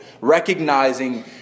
recognizing